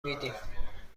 میدیم